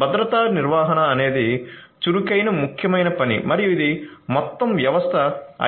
భద్రతా నిర్వహణ అనేది చురుకైన ముఖ్యమైన పని మరియు ఇది మొత్తం వ్యవస్థ